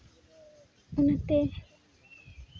ᱚᱱᱟᱛᱮ